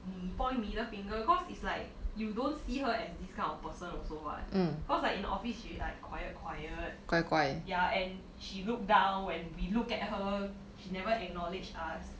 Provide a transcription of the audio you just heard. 你 point middle finger because it's like you don't see her as this kind of person also [what] because like in office she like quiet quiet yeah and she look down when we look at her she never acknowledge us